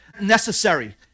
necessary